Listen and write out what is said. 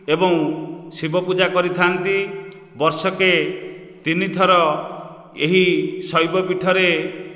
ଏବଂ ଶିବ ପୂଜା କରିଥାନ୍ତି ବର୍ଷକେ ତିନିଥର ଏହି ଶୈବପୀଠରେ